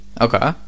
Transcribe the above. okay